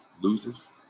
loses